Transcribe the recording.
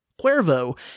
Cuervo